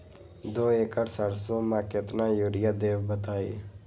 दो एकड़ सरसो म केतना यूरिया देब बताई?